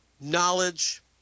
knowledge